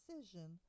decision